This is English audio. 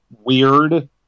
weird